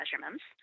measurements